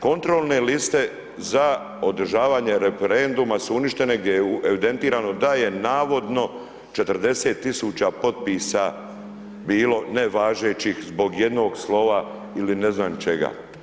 Kontrolne liste za održavanje referenduma su uništene gdje evidentirano da je navodno 40 000 potpisa bilo nevažećih zbog jednog slova ili ne znam čega.